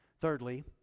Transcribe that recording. Thirdly